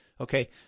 okay